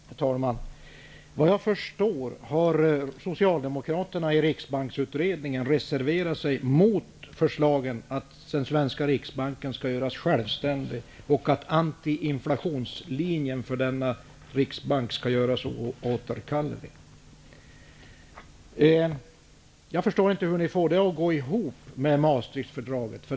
Herr talman! Vad jag förstår har socialdemokraterna i Riksbanksutredningen reserverat sig mot förslaget att den svenska riksbanken skall göras självständig och att antiinflationslinjen för denna riksbank skall göras oåterkallelig. Jag förstår inte hur ni får det att gå ihop med Maastrichtfördraget.